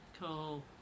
Cool